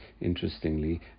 interestingly